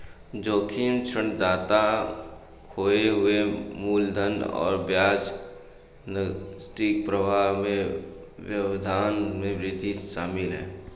जोखिम ऋणदाता खोए हुए मूलधन और ब्याज नकदी प्रवाह में व्यवधान में वृद्धि शामिल है